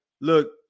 look